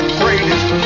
greatest